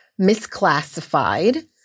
misclassified